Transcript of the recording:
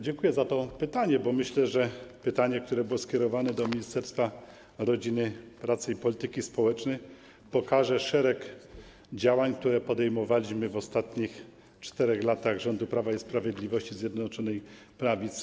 Dziękuję bardzo za to pytanie, bo myślę, że pytanie, które było skierowane do Ministerstwa Rodziny, Pracy i Polityki Społecznej pokaże szereg działań, które podejmowaliśmy w ostatnich 4 latach rządów Prawa i Sprawiedliwości, Zjednoczonej Prawicy.